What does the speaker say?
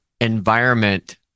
environment